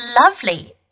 lovely